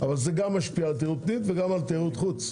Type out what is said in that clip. אבל זה גם משפיע על תיירות פנים וגם על תיירות חוץ.